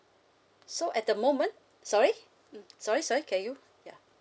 so at the moment sorry mm sorry sorry can you ya